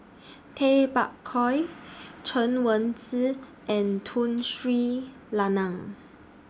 Tay Bak Koi Chen Wen Hsi and Tun Sri Lanang